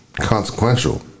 consequential